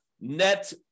net